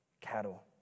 cattle